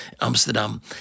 Amsterdam